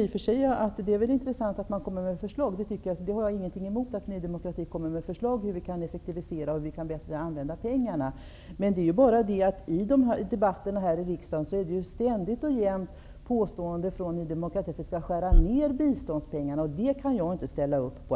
i och för sig intressant att Ny demokrati lägger fram förslag om hur man kan effektivisera och få en bättre användning för pengarna. Det är bara det att Ny demokrati ständigt och jämt säger att vi skall skära ned biståndspengar, och det kan jag inte ställa upp på.